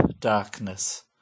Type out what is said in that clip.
darkness